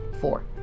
Four